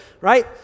right